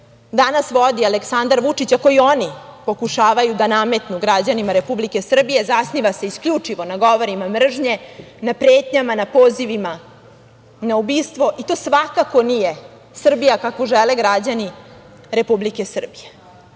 danas vodi Aleksandar Vučić, a koju oni pokušavaju da nametnu građanima Republike Srbije, zasniva se isključivo na govorima mržnje, na pretnjama, na pozivima na ubistvo i to svakako nije Srbija kakvu žele građani Republike Srbije.I